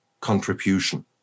contribution